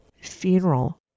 funeral